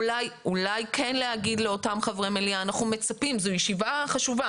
אולי כן לומר לאותם חברי מליאה שזו ישיבה חשובה